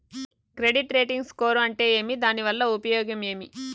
Credit rating score అంటే ఏమి దాని వల్ల ఉపయోగం ఏమి?